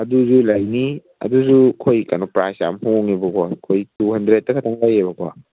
ꯑꯗꯨꯁꯨ ꯂꯩꯅꯤ ꯑꯗꯨꯁꯨ ꯑꯩꯈꯣꯏ ꯀꯩꯅꯣ ꯄ꯭ꯔꯥꯏꯁ ꯌꯥꯝ ꯍꯣꯡꯉꯦꯕꯀꯣ ꯑꯩꯈꯣꯏ ꯇꯨ ꯍꯟꯗ꯭ꯔꯦꯗꯇ ꯈꯛꯇꯪ ꯂꯩꯌꯦꯕꯀꯣ